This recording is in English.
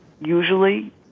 usually